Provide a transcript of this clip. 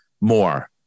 more